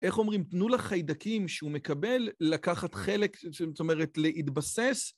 איך אומרים, תנו לחיידקים שהוא מקבל לקחת חלק, זאת אומרת, להתבסס